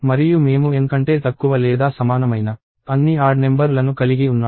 మరియు మేము N కంటే తక్కువ లేదా సమానమైన అన్ని ఆడ్ నెంబర్ లను కలిగి ఉన్నాము